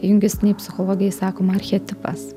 jungistinėj psichologijoj sakoma archetipas